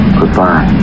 Goodbye